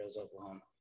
Oklahoma